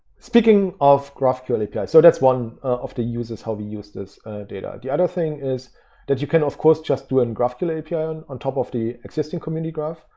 speaking of graph ql api. so that's one of the uses how we use this data. the other thing is that you can, of course just do an graph ql api ah and on top of the existing community graph.